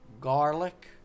garlic